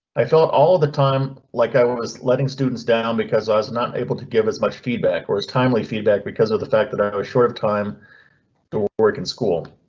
i felt all the time like i was letting students down because i was not able to give as much feedback or is timely feedback because of the fact that i was short of time to work in school.